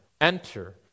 enter